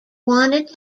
wanted